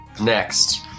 Next